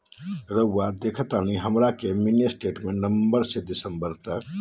रहुआ देखतानी हमरा के मिनी स्टेटमेंट नवंबर से दिसंबर तक?